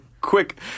quick